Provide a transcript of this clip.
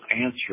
answer